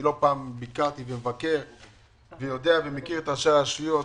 לא פעם ביקרתי ואני מבקר ויודע ומכיר את ראשי הרשויות.